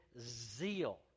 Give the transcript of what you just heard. zeal